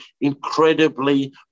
incredibly